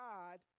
God